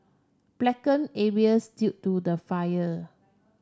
blacken areas due to the fire